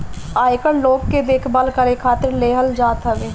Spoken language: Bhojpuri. आयकर लोग के देखभाल करे खातिर लेहल जात हवे